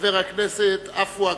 חבר הכנסת עפו אגבאריה.